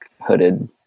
hooded